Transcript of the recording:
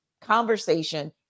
conversation